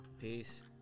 Peace